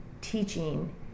teaching